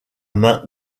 main